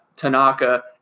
Tanaka